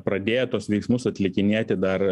pradėjo tuos veiksmus atlikinėti dar